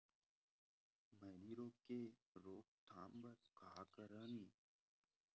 मैनी रोग के रोक थाम बर का करन?